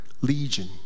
Legion